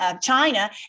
China